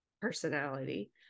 personality